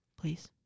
Please